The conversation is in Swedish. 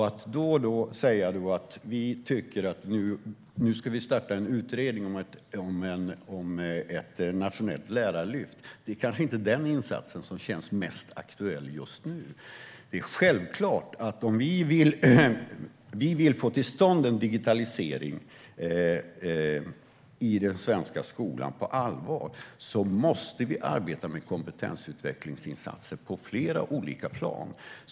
Att då säga att vi tycker att vi ska starta en utredning om ett nationellt lärarlyft är kanske inte det som känns mest aktuellt just nu. Om vi vill få till stånd en digitalisering på allvar i den svenska skolan måste vi självklart arbeta med kompetensutvecklingsinsatser på flera olika plan.